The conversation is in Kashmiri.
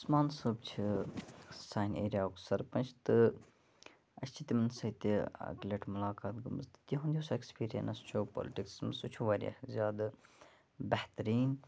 اُسمان صٲب چھُ سانہِ ایریاہُک سرپَنچ تہٕ اَسہِ چھُ تِمَن سۭتۍ تہِ اَکہِ لَٹہِ مُلاقات گٔمٕژ تِہُند یُس اٮ۪کٕسپِرینس چھُ پولٹِکسس منٛز سُہ چھُ واریاہ زیادٕ بہتریٖن